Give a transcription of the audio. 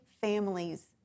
families